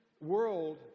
world